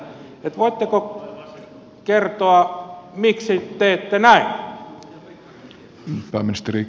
voitteko kertoa miksi teette näin